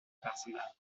persona